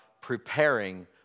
preparing